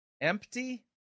empty